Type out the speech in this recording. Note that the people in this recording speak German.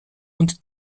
und